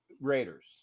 Raiders